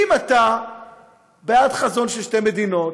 אם אתה בעד חזון של שתי מדינות,